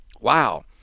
wow